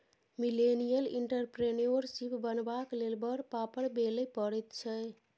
millennial entrepreneurship बनबाक लेल बड़ पापड़ बेलय पड़ैत छै